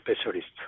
specialists